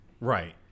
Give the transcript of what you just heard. right